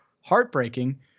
heartbreaking